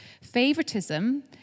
Favoritism